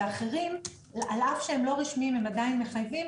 ואחרים על אף שהם לא רשמיים הם עדיין מחייבים